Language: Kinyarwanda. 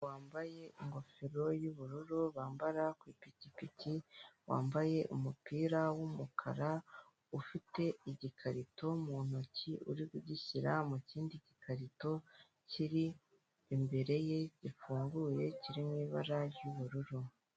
Wambaye ingofero yubururu bambara ku ipikipiki, wambaye umupira wumukara, ufite igikarito mu ntoki uri ugishyira mu kindi gikarito kiri imbere ye gifunguye kiririmo ibara ry'ubururu.